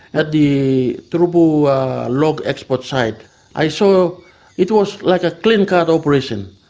at the turubu log export site i saw it was like a clean-cut operation.